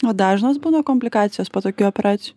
o dažnos būna komplikacijos po tokių operacijų